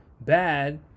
bad